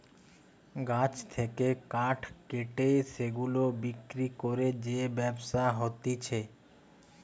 গাছ থেকে কাঠ কেটে সেগুলা বিক্রি করে যে ব্যবসা হতিছে